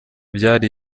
byari